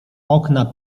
okna